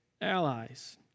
allies